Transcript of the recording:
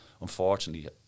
unfortunately